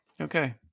Okay